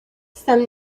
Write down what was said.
some